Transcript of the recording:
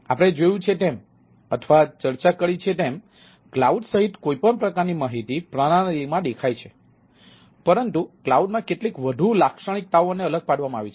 તેથી આપણે જોયું છે તેમ અથવા ચર્ચા કરી છે કે તેમ ક્લાઉડ સહિત કોઈપણ પ્રકારની માહિતી પ્રણાલીમાં દેખાય છે પરંતુ ક્લાઉડમાં કેટલીક વધુ લાક્ષણિકતાઓને અલગ પાડવામાં આવી છે